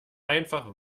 einfach